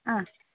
ആ